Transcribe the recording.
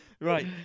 Right